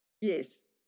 Yes